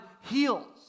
heals